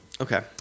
Okay